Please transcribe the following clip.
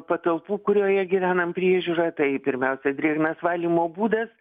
patalpų kurioje gyvenam priežiūrą tai pirmiausia drėgnas valymo būdas